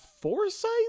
foresight